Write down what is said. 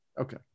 Okay